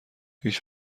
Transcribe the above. هیچ